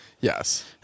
Yes